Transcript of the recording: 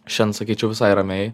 šiandien sakyčiau visai ramiai